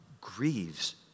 grieves